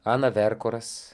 ana verkoras